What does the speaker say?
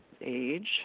age